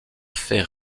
faits